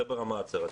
זה ברמה ההצהרתית.